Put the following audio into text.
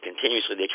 continuously